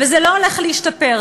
וזה לא הולך להשתפר,